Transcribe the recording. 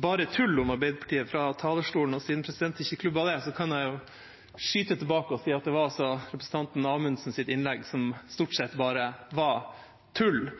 «kun tull» om Arbeiderpartiet fra talerstolen. Siden presidenten ikke klubbet det, kan jeg skyte tilbake og si at det var representanten Amundsens innlegg som stort sett bare var tull.